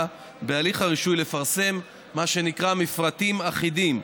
בהליך הרישוי לפרסם מפרטים אחידים,